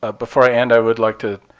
ah before i end, i would like to